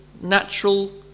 natural